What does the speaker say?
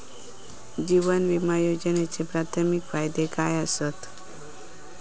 जीवन विमा योजनेचे प्राथमिक फायदे काय आसत?